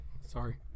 sorry